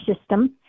system